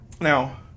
Now